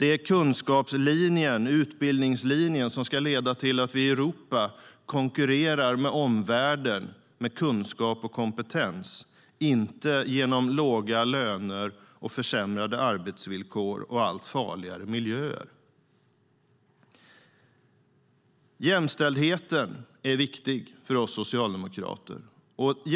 Det är kunskapslinjen och utbildningslinjen som ska leda till att vi i Europa konkurrerar med omvärlden med kunskap och kompetens och inte genom låga löner, försämrade arbetsvillkor och allt farligare miljöer. Jämställdheten är viktig för oss socialdemokrater.